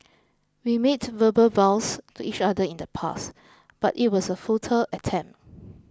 we made verbal vows to each other in the past but it was a futile attempt